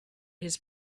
his